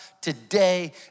today